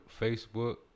Facebook